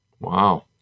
Wow